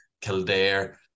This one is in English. Kildare